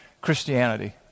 Christianity